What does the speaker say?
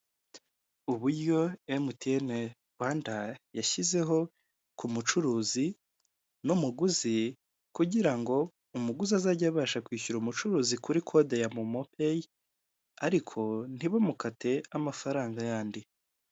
Uburyo emutiyene Rwanda yashyizeho ku mucuruzi n'umuguzi kugira ngo umuguzi azajye abasha kwishyura umucuruzi kuri kodi ya momopeyi ariko ntibamukate amafaranga y'andi.